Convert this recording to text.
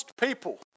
People